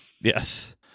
Yes